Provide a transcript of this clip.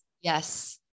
yes